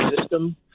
system